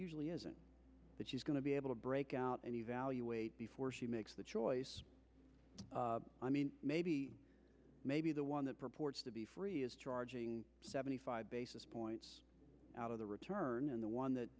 usually isn't that she's going to be able to break out and evaluate before she makes that choice i mean maybe maybe the one that purports to be free is charging seventy five basis points out of the return learnin the one that